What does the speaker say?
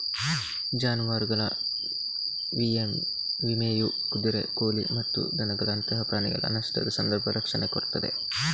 ಜಾನುವಾರುಗಳ ವಿಮೆಯು ಕುದುರೆ, ಕೋಳಿ ಮತ್ತು ದನಗಳಂತಹ ಪ್ರಾಣಿಗಳ ನಷ್ಟದ ಸಂದರ್ಭ ರಕ್ಷಣೆ ಕೊಡ್ತದೆ